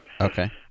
Okay